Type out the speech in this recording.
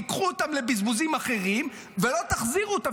תיקחו אותם לבזבוזים אחרים ולא תחזירו אותם,